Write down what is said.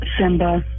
Simba